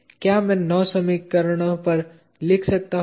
क्या मैं 9 समीकरणों पर लिख सकता हूँ